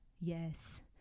yes